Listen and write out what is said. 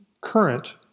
current